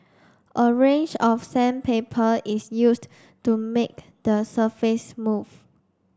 a range of sandpaper is used to make the surface smooth